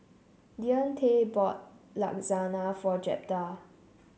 Deante bought Lasagna for Jeptha